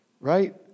right